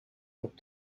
erop